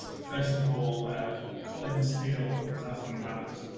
first of all colin steele is asking about